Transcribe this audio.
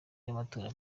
y’amatora